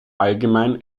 allgemein